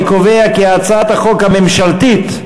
אני קובע כי הצעת החוק הממשלתית,